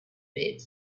bed